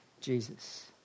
Jesus